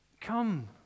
come